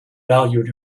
valued